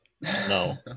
No